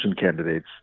candidates